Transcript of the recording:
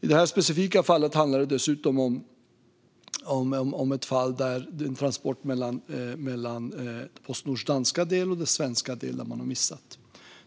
I det här specifika fallet handlade det dessutom om en transport mellan Postnords danska del och den svenska delen. Det var där man hade missat.